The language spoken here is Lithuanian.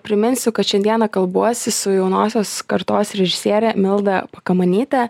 priminsiu kad šiandieną kalbuosi su jaunosios kartos režisiere milda pakamanyte